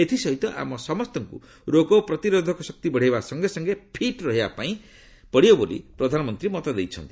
ଏଥିସହିତ ଆମ ସମସ୍ତଙ୍କୁ ରୋଗ ପ୍ରତିରୋଧକ ଶକ୍ତି ବଢ଼ାଇବା ସଙ୍ଗେ ସଙ୍ଗେ ଫିଟ୍ ରହିବାକୁ ପଡ଼ିବ ବୋଲି ପ୍ରଧାନମନ୍ତ୍ରୀ ମତ ଦେଇଛନ୍ତି